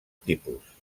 tipus